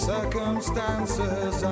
Circumstances